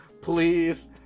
please